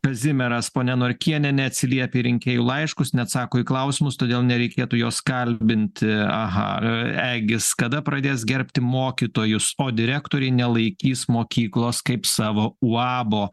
kazimieras ponia norkienė neatsiliepia į rinkėjų laiškus neatsako į klausimus todėl nereikėtų jos kalbinti aha egis kada pradės gerbti mokytojus o direktoriai nelaikys mokyklos kaip savo uabo